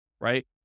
right